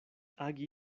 agi